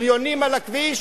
בריונים על הכביש,